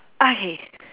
okay